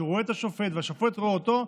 כשהוא רואה את השופט והשופט רואה אותו,